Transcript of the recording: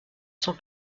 sans